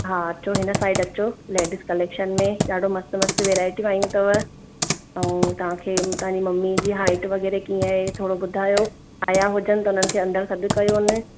हा अचो हिन साइड अचो लेडीस कलेक्शन में ॾाढो मस्तु मस्तु वेरायटियूं आयूं अथव ऐं तव्हांखे तव्हांजी ममी जी हाइट वग़ैरह कीअं आहे थोरो ॿुधायो आया हुजनि त हुननि खे अंदरि सॾु कयोनि